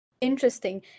Interesting